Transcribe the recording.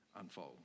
unfold